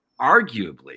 arguably